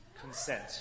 consent